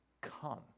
come